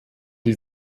die